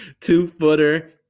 Two-footer